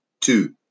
Two